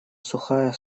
сухая